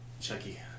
Chucky